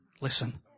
listen